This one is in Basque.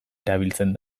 erabiltzen